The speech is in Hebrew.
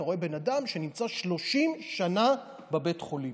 ואתה רואה בן אדם שנמצא 30 שנה בבית החולים.